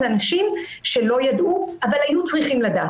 אלה אנשים שלא ידעו אבל היו צריכים לדעת.